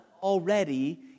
already